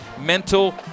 mental